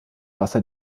wasser